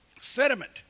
Sediment